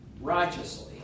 righteously